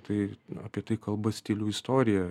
tai apie tai kalba stilių istorija